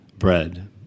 bread